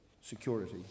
security